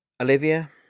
Olivia